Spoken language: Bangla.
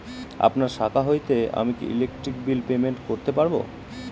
আপনার শাখা হইতে আমি কি ইলেকট্রিক বিল পেমেন্ট করতে পারব?